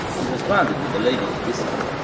and was branded with the label disco.